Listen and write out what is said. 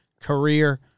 career